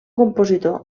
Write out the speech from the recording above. compositor